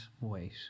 wait